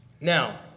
Now